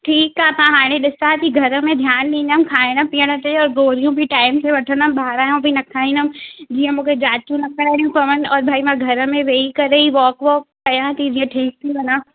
ठीकु आहे मां हाणे ॾिसां थी घर में ध्यानु ॾींदमि खाइण पीअण ते और गोरियूं बि टाइम सां वठंदमि ॿाहिरां जो बि न खाईंदमि जीअं मूंखे जाचूं न कराइणियूं पवनि और भई मां घर में वेही करे ई वॉक वॉक कयां थी जीअं ठीकु थी वञा